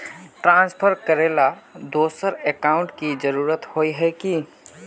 Transfer करेला दोसर account की जरुरत होय है की?